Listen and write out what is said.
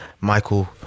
Michael